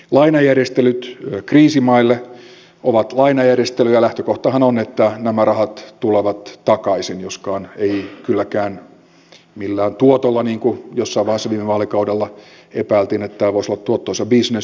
lainajärjestelyt kriisimaille ovat lainajärjestelyjä ja lähtökohtahan on että nämä rahat tulevat takaisin joskaan eivät kylläkään millään tuotolla niin kuin jossain vaiheessa viime vaalikaudella epäiltiin että tämä voisi olla tuottoisa bisnes